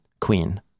queen